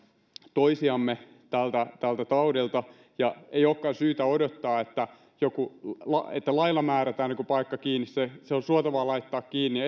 toisiamme tältä tältä taudilta ja ei olekaan syytä odottaa että lailla määrätään joku paikka kiinni vaan se on suotavaa laittaa kiinni